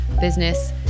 business